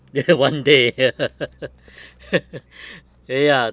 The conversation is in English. one day ah ya